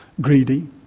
Greedy